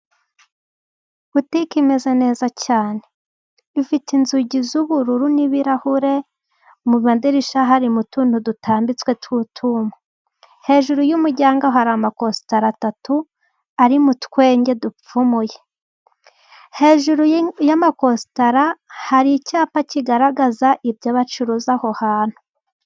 Butike imeze neza cyane, ifite inzugi z'ubururu n'ibirahure, mu mandirisha harimo utuntu dutambitswe tw'utwuma. Hejuru y'umuryango hari amakositara atatu arimo utwenge dupfumuye, hejuru y'amakositara hari icyapa kigaragaza ibyo bacuruza aho hantu.